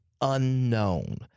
unknown